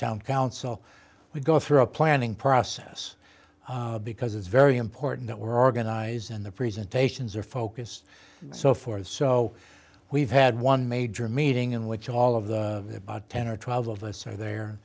council we go through a planning process because it's very important that we're organized and the presentations are focused so forth so we've had one major meeting in which all of the about ten or twelve of us are the